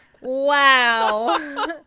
Wow